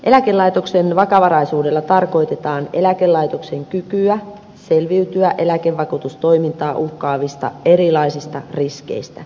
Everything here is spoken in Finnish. eläkelaitoksen vakavaraisuudella tarkoitetaan eläkelaitoksen kykyä selviytyä eläkevakuutustoimintaa uhkaavista erilaisista riskeistä